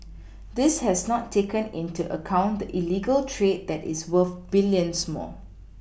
this has not taken into account the illegal trade that is worth BilLions more